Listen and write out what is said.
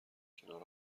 کنار